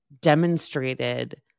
demonstrated